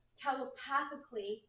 telepathically